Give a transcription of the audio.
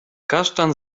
kasztan